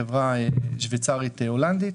חברה שוויצרית-הולנדית,